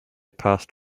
passed